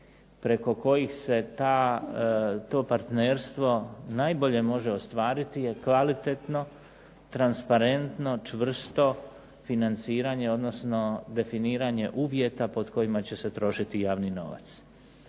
preko kojih se ta, to partnerstvo najbolje može ostvariti je kvalitetno, transparentno, čvrsto financiranje odnosno definiranje uvjeta pod kojima će se trošiti javni novac.